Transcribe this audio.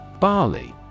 Barley